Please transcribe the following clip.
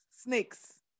Snakes